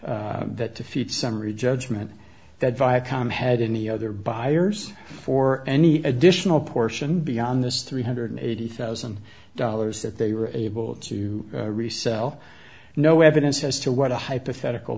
issue that defeats summary judgment that viacom had any other buyers for any additional portion beyond this three hundred eighty thousand dollars that they were able to resell no evidence as to what a hypothetical